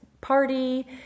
party